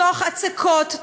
תוך הצקות,